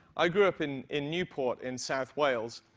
i grew up in in newport, in south wales.